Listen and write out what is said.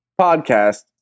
podcast